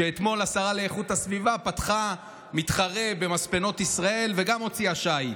שאתמול השרה לאיכות הסביבה פתחה מתחרה במספנות ישראל וגם הוציאה שיט,